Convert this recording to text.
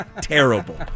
terrible